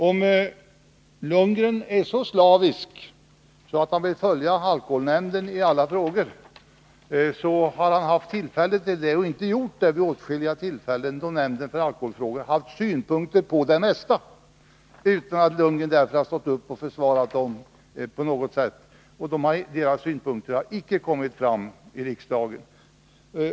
Om Bo Lundgren så slaviskt vill följa alkoholnämnden i alla frågor, borde han ha utnyttjat alla de tillfällen han haft att göra det. Nämnden har ju haft synpunkter på det mesta i det här sammanhanget, utan att Bo Lundgren har stått upp och försvarat dem så att de förts fram här i riksdagen.